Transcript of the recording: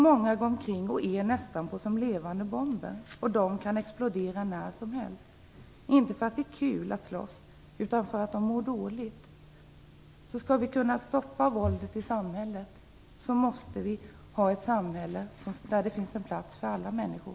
Många går omkring och är nästan som levande bomber, och de kan explodera när som helst, inte för att det är kul att slåss utan för att de mår dåligt. Skall vi kunna stoppa våldet i samhället måste vi ha ett samhälle där det finns en plats för alla människor.